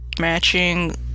matching